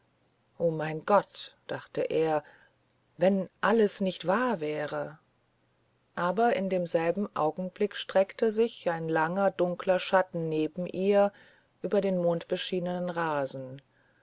o mein gott dachte er wenn alles nicht wahr wäre aber in demselben augenblick streckte sich ein langer dunkler schatten neben ihr über den mondbeschienenen rasen